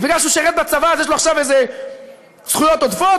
אז מכיוון שהוא שירת בצבא יש לו עכשיו איזה זכויות עודפות?